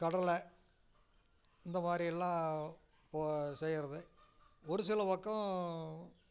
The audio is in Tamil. கடலை இந்தமாதிரி எல்லாம் செய்யறது ஒரு சில பக்கம்